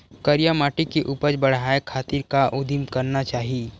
करिया माटी के उपज बढ़ाये खातिर का उदिम करना चाही?